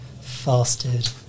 fasted